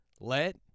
Let